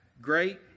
Great